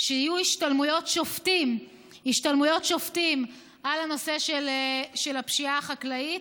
שיהיו השתלמויות שופטים על הנושא של הפשיעה החקלאית.